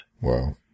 Wow